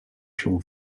się